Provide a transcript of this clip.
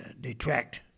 detract